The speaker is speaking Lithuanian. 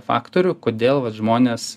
faktorių kodėl vat žmonės